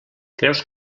creus